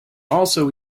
also